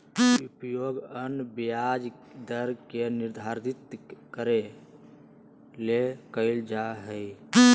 उपयोग अन्य ब्याज दर के निर्धारित करे ले कइल जा हइ